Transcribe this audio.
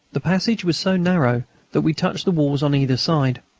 the passage was so narrow that we touched the walls on either side.